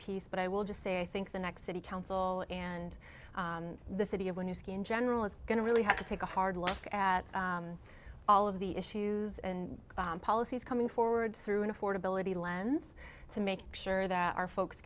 piece but i will just say i think the next city council and the city when you ski in general is going to really have to take a hard look at all of the issues and policies coming forward through an affordability lens to make sure that our folks